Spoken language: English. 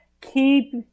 Keep